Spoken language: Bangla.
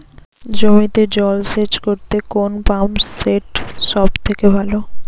জমিতে জল সেচ করতে কোন পাম্প সেট সব থেকে ভালো?